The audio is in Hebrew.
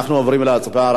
אנחנו עוברים להצבעה,